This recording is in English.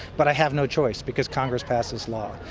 but i have no choice because congress passed this law.